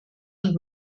und